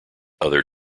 other